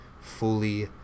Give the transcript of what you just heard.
fully